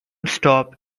stop